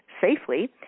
safely